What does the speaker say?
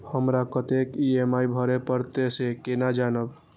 हमरा कतेक ई.एम.आई भरें परतें से केना जानब?